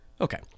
okay